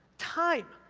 time,